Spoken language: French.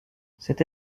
cette